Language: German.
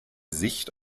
sicht